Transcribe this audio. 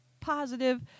positive